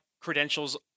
credentials